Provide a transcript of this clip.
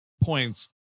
points